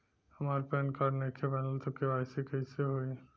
हमार PAN card नईखे बनल त के.वाइ.सी कइसे होई?